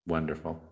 Wonderful